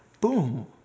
boom